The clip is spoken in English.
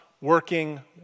working